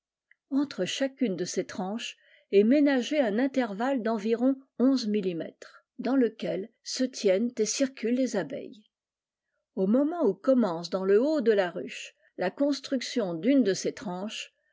entre chacune de ces tranches est ménagé un intervalle d'environ onze millimètres dans lequel se tiennent et circulent les abeilles au moment où commence dans le haut de la ruche la construction d'une de ces tranches